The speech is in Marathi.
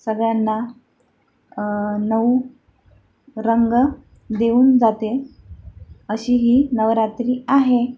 सगळ्यांना नऊ रंग देऊन जाते अशी ही नवरात्री आहे